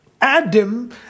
Adam